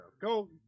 Go